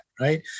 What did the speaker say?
right